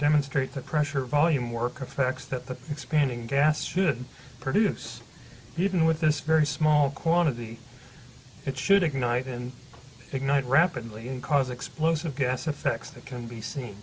demonstrate the pressure volume work affects that the expanding gas should produce even with this very small quantity it should ignite and ignite rapidly and cause explosive gas effects that can be see